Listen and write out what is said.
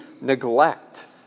neglect